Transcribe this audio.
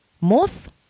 moth